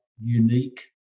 unique